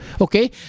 Okay